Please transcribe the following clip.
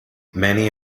many